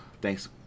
Thanks